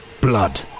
Blood